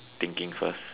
thinking first